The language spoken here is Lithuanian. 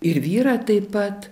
ir vyrą taip pat